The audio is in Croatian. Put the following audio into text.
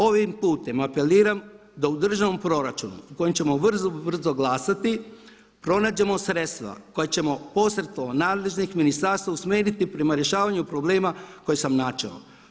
Ovim putem apeliram da u državnom proračunu o kojem ćemo vrlo brzo glasati pronađemo sredstva koja ćemo posredstvom nadležnih ministarstava usmjeriti prema rješavanju problema koje sam načeo.